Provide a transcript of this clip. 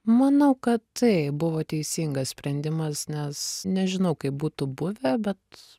manau kad taip buvo teisingas sprendimas nes nežinau kaip būtų buvę bet